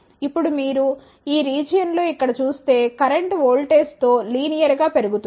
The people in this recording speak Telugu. ఇప్పుడు మీరు ఈ రీజియన్ లో ఇక్కడ చూస్తే కరెంట్ వోల్టేజ్తో లీనియర్ గా పెరుగుతుంది